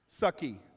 sucky